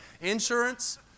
Insurance